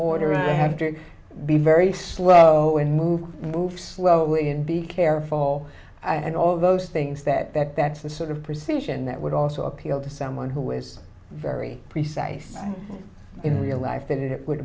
order i have to be very slow and move move slow be careful and all those things that that's the sort of precision that would also appeal to someone who was very precise in real life that it would